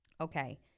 Okay